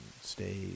stay